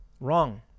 Wrong